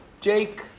Jake